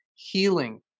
healing